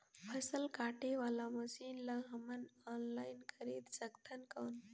फसल काटे वाला मशीन ला हमन ऑनलाइन खरीद सकथन कौन?